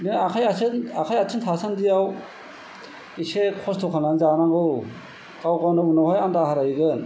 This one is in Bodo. नों आखाइ आथिं आखा इ आथिं थासान्दियाव इसे खस्त' खालामनानै जानांगौ गाव गावनो उनावहाय आन्दा हारायगोन